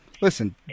Listen